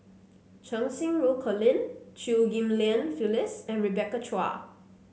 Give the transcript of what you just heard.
Cheng Xinru Colin Chew Ghim Lian Phyllis and Rebecca Chua